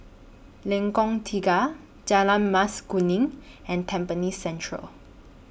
Lengkong Tiga Jalan Mas Kuning and Tampines Central